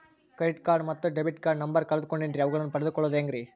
Credit card ಮತ್ತು debit card number ಕಳೆದುಕೊಂಡಿನ್ರಿ ಅವುಗಳನ್ನ ಪಡೆದು ಕೊಳ್ಳೋದು ಹೇಗ್ರಿ?